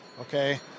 okay